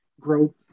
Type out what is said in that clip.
grow